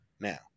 Now